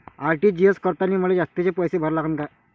RTGS करतांनी मले जास्तीचे पैसे भरा लागन का?